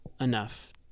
enough